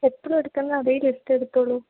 എപ്പോഴും എടുക്കുന്ന അതേ ലിസ്റ്റെടുത്തോളു